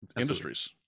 industries